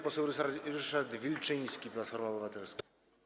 Poseł Ryszard Wilczyński, Platforma Obywatelska.